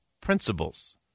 principles